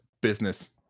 business